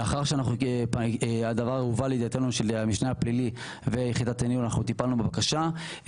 לאחר שהדבר הובא לידיעתנו ולידיעת המשנה לפלילי אנחנו טיפלנו בבקשה,